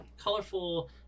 colorful